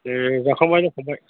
ए जाखांबाय लोंखांबाय